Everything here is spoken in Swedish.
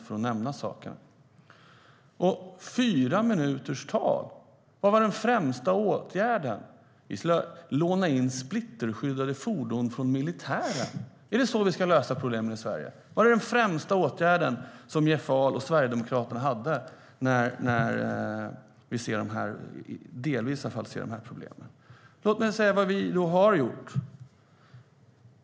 Under ett anförande på fyra minuter var det främsta förslaget att vi ska låna in splitterskyddade fordon från militären. Är det så vi ska lösa problemen i Sverige? Är detta det främsta förslaget på åtgärd som Jeff Ahl och Sverigedemokraterna har? Låt mig säga vad vi har gjort.